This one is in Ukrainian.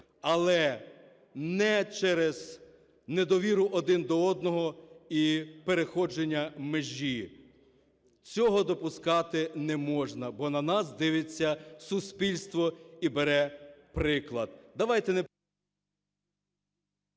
Але не через недовіру один до одного і переходу межі. Цього допускати не можна, бо на нас дивиться суспільство і бере приклад.